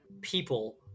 people